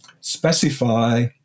specify